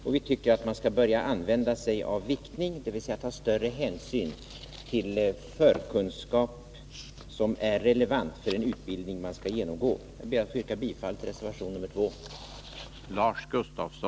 Och vi tycker att man skall använda sig av viktning, dvs. ta större hänsyn till förkunskap som är relevant för den utbildning man skall genomgå. Jag ber att få yrka bifall till reservation 2.